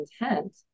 intent